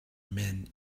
men